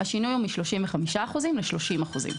השינוי הוא מ-35% ל-30%.